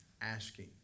asking